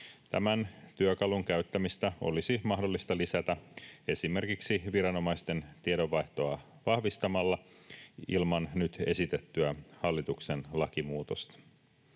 Tämän työkalun käyttämistä olisi mahdollista lisätä esimerkiksi viranomaisten tiedonvaihtoa vahvistamalla ilman nyt esitettyä hallituksen lakimuutosta.